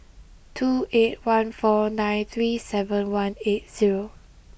two eight one four nine three seven one eight zero